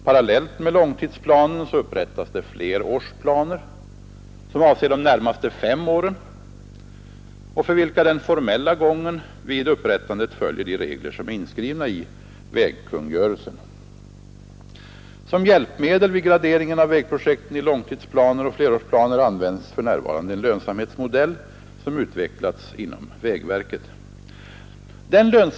Parallellt med långtidsplanen upprättas flerårsplaner, som avser de närmaste fem åren och för vilka den formella gången vid upprättandet följer de regler som är inskrivna i vägkungörelsen. Som hjälpmedel vid graderingen av vägprojekten i långtidsplaner och flerårsplaner används för närvarande en lönsamhetsmodell som utvecklats inom vägverket.